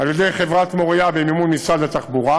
על-ידי חברת "מוריה" במימון משרד התחבורה.